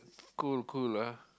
cool cool ah